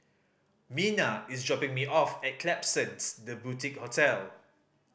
Mina is dropping me off at Klapsons The Boutique Hotel